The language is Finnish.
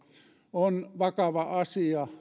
on vakava asia